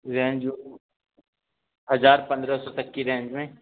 range ہزار پندرہ سو تک کی رینج میں